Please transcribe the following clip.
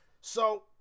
So-